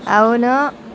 అవును